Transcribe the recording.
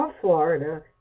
Florida